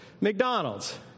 McDonald's